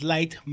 Light